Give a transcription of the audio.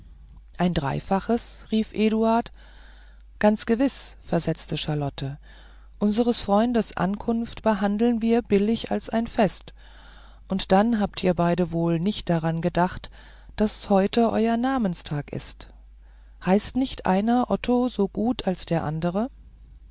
ein dreifaches rief eduard ganz gewiß versetzte charlotte unseres freundes ankunft behandeln wir billig als ein fest und dann habt ihr beide wohl nicht daran gedacht daß heute euer namenstag ist heißt nicht einer otto so gut als der andere